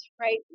right